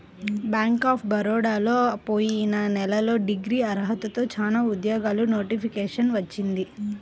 bank of బరోడాలో పోయిన నెలలో డిగ్రీ అర్హతతో చానా ఉద్యోగాలకు నోటిఫికేషన్ వచ్చింది